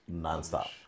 nonstop